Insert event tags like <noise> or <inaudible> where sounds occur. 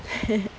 <laughs>